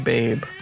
Babe